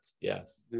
Yes